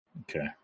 Okay